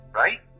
right